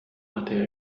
hatte